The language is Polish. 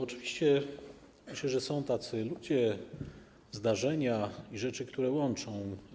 Oczywiście myślę, że są tacy ludzie, zdarzenia i rzeczy, które łączą.